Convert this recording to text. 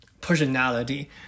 personality